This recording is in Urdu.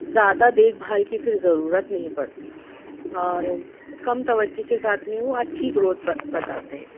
زیادہ دیکھ بھال کی پھر ضرورت نہیں پڑتی اور کم توجہ کے ساتھ میں وہ اچھی گروتھ بتا بتاتے ہیں